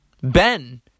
Ben